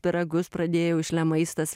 pyragus pradėjau iš le maistas